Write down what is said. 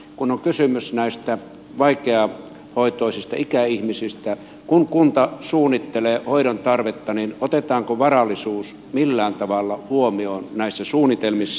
kun on kysymys näistä vaikeahoitoisista ikäihmisistä kun kunta suunnittelee hoidon tarvetta niin otetaanko varallisuus millään tavalla huomioon näissä suunnitelmissa